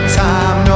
time